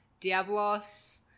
Diablos